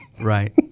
right